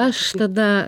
aš tada